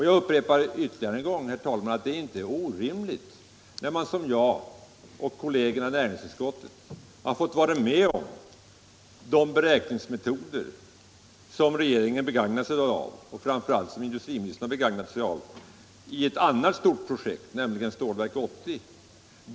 Jag upprepar också, att jag och kollegerna i näringsutskottet har fått vara med om de beräkningsmetoder som regeringen och framför allt industriministern begagnar sig av i ett annat stort projekt, nämligen Stålverk 80.